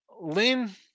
Lynn